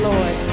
Lord